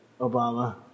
Obama